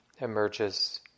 emerges